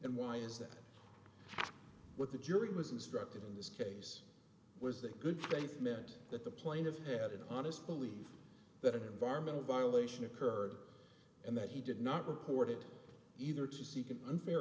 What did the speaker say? and why is that what the jury was instructed in this case was that good faith meant that the plaintiff had an honest belief that environmental violation occurred and that he did not report it either to seek an unfair